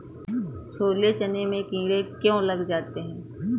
छोले चने में कीड़े क्यो लग जाते हैं?